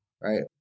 right